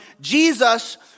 Jesus